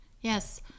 Yes